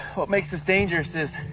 what makes this dangerous is,